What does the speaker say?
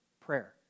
prayer